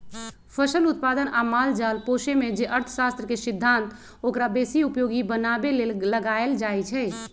फसल उत्पादन आ माल जाल पोशेमे जे अर्थशास्त्र के सिद्धांत ओकरा बेशी उपयोगी बनाबे लेल लगाएल जाइ छइ